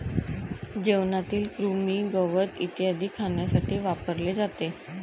जेवणातील कृमी, गवत इत्यादी खाण्यासाठी वापरले जाते